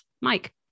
Mike